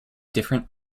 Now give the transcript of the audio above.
different